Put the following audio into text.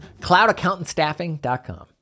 cloudaccountantstaffing.com